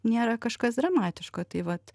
nėra kažkas dramatiško tai vat